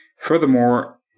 Furthermore